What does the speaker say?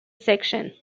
section